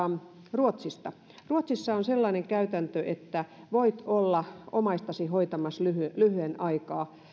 ruotsista ruotsissa on sellainen käytäntö että voit olla omaistasi hoitamassa lyhyen lyhyen aikaa